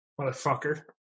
motherfucker